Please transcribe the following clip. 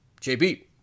jb